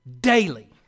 daily